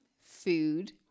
food